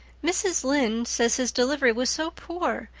mrs. lynde says his delivery was so poor,